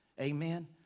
Amen